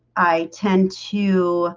i tend to